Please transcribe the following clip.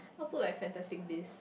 not put like Fantastic Beast